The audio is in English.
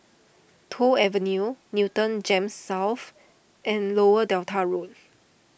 Toh Avenue Newton Gems South and Lower Delta Road